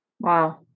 Wow